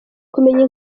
kumenya